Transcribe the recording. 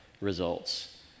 results